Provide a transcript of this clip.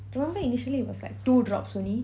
you remember initally it was like two drops only